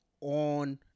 on